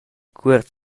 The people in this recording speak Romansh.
cuort